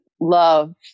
love